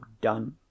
done